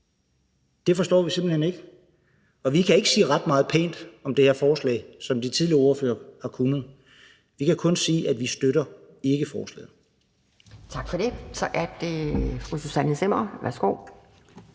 Det forstår vi simpelt hen ikke, og vi kan ikke sige ret meget pænt om det her forslag, som de tidligere ordførere har kunnet. Vi kan kun sige, at vi ikke støtter forslaget. Kl. 12:02 Anden næstformand (Pia